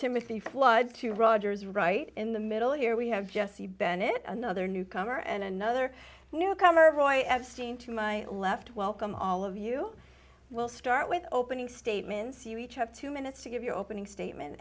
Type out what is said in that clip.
timothy flood to roger's right in the middle here we have jesse bennett another newcomer and another newcomer boy epstein to my left welcome all of you will start with opening statements you each have two minutes to give your opening statement